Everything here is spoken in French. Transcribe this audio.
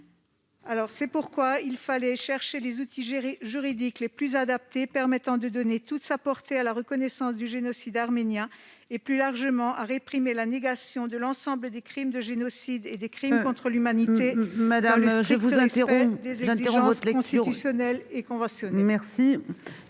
C'est pourquoi il faut rechercher les outils juridiques les plus adaptés permettant de donner toute sa portée à la reconnaissance du génocide arménien et, plus largement, de réprimer la négation de l'ensemble des crimes de génocide et des crimes contre l'humanité, dans le strict respect des exigences constitutionnelles et conventionnelles.